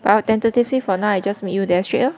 but 我 tentatively for now I just meet you there straight lah